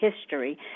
history